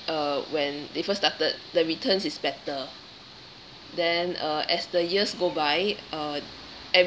uh when they first started the returns is better then uh as the years go by uh